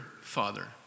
father